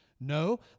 no